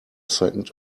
second